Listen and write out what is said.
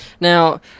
Now